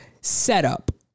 setup